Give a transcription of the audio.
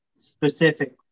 specific